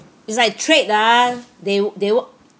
it's like trade ah they they wo~